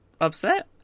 upset